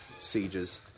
sieges